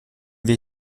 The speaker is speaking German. wir